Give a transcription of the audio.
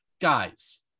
guys